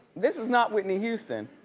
this is not whitney houston.